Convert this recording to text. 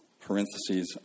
parentheses